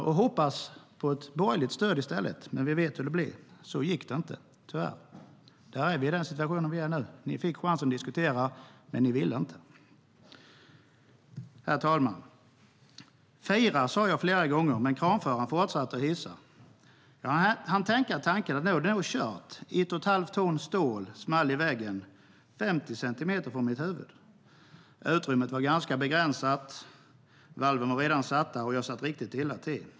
Vi hoppades på ett borgerligt stöd i stället, men vi vet hur det blev. Det gick tyvärr inte. Då är vi i den situation vi är i nu. Ni fick chansen att diskutera, men ni ville inte. Herr talman! Fira, sa jag flera gånger, men kranföraren fortsatte att hissa. Jag hann tänka tanken att det nog var kört när ett och ett halvt ton stål small i väggen 50 centimeter från mitt huvud. Utrymmet var begränsat då valven redan var satta, och jag satt riktigt illa till.